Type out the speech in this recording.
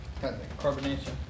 Carbonation